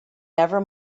never